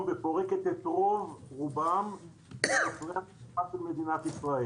ופורקת את רוב רובם --- של מדינת ישראל.